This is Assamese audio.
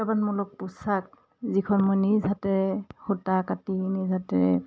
প্ৰত্যাহ্বানমূলক পোচাক যিখন মই নিজ হাতেৰে সূতা কাটি নিজ হাতেৰে